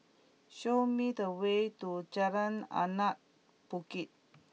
show me the way to Jalan Anak Bukit